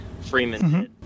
Freeman